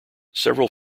several